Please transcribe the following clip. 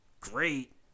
great